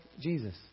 Jesus